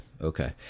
Okay